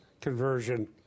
conversion